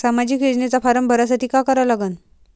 सामाजिक योजनेचा फारम भरासाठी का करा लागन?